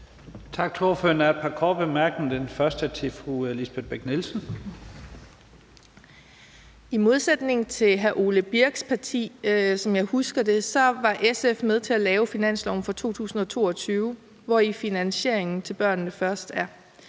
I modsætning til hr. Ole Birk Olesens parti, som jeg husker det, var SF med til at lave finansloven for 2022, hvori finansieringen til »Børnene Først« er.